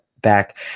back